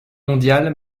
mondiale